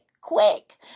quick